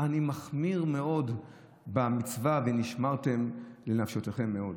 אני מחמיר מאוד במצווה ונשמרתם לנפשותיכם מאוד,